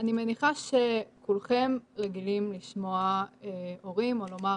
אני מניחה שכולכם רגילים לשמוע הורים או לומר